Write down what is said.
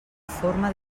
forma